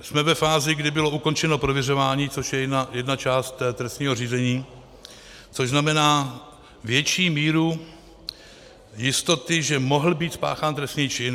Jsme ve fázi, kdy bylo ukončeno prověřování, což je jedna část trestního řízení, což znamená větší míru jistoty, že mohl být spáchán trestný čin.